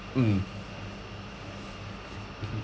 mm